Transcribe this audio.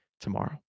tomorrow